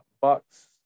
Bucks